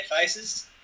faces